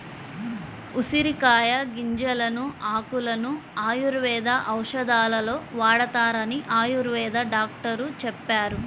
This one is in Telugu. ఉసిరికాయల గింజలను, ఆకులను ఆయుర్వేద ఔషధాలలో వాడతారని ఆయుర్వేద డాక్టరు చెప్పారు